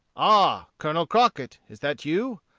ah, colonel crockett, is that you?